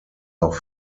auch